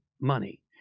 money